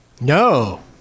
No